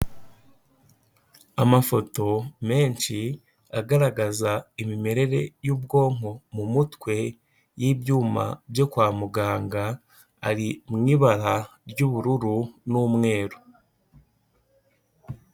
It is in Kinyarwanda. Amafoto menshi agaragaza imimerere y'ubwonko mu mutwe y'ibyuma byo kwa muganga, ari mu ibaha ry'ubururu n'umweru.